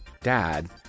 dad